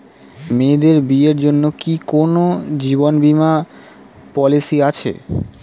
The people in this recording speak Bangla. মেয়েদের বিয়ের জন্য কি কোন জীবন বিমা পলিছি আছে?